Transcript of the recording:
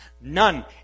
none